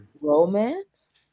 Romance